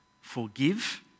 Forgive